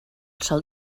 sol